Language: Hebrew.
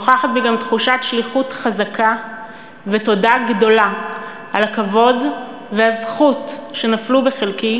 נוכחת בי גם תחושת שליחות חזקה ותודה גדולה על הכבוד והזכות שנפלו בחלקי